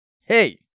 hey